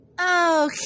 Okay